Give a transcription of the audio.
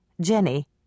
jenny